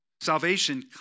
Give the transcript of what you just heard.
Salvation